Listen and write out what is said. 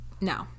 No